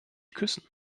küssen